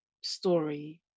story